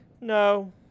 No